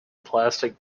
plastic